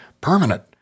permanent